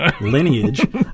Lineage